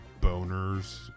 boners